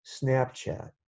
Snapchat